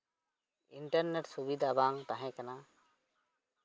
internet ᱥᱩᱵᱤᱫᱷᱟ ᱵᱟᱝ ᱛᱟᱦᱮᱸ ᱠᱟᱱᱟ